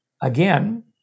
again